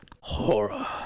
Horror